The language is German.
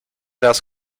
das